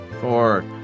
Four